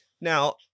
Now